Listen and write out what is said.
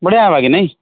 ବଢ଼ିଆ ହେବା କି ନାଇଁ